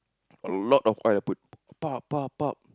a lot of oil I put